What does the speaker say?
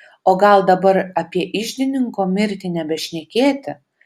o gal dabar apie iždininko mirtį nebešnekėti